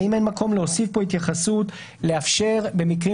האם אין מקום להוסיף כאן התייחסות לאפשר במקרים